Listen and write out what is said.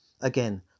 Again